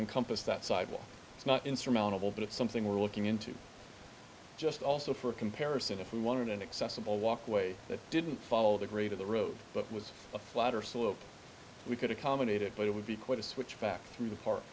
encompass that side well it's not insurmountable but it's something we're looking into just also for comparison if we want an inaccessible walkway that didn't follow the great of the road but was a flatter slope we could accommodate it but it would be quite a switch back through the park